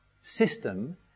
system